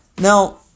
Now